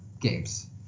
games